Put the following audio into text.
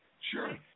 Sure